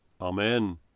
Amen